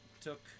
took